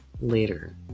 later